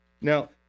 Now